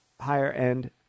higher-end